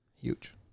Huge